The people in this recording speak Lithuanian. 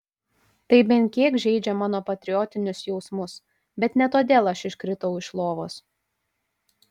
tai bent kiek žeidžia mano patriotinius jausmus bet ne todėl aš iškritau iš lovos